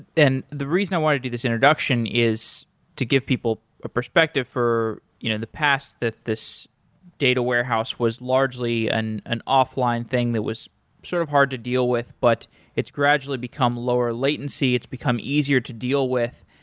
and the reason i want to do this introduction is to give people a perspective for you know the past that this data warehouse was largely an an offline thing that was sort of hard to deal with, but it's gradually become lower latency, it's become easier to deal with.